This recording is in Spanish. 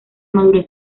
madurez